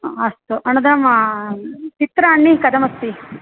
अ अस्तु अनन्तरं चित्राणि कथमस्ति